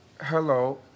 Hello